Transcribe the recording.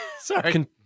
Sorry